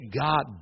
God